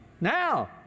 Now